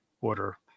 order